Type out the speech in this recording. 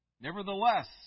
Nevertheless